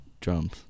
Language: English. drums